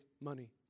money